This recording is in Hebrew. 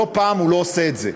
לא-פעם הוא אינו עושה את זה.